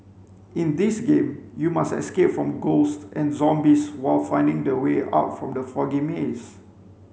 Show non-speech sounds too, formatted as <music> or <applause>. <noise> in this game you must escape from ghosts and zombies while finding the way out from the foggy maze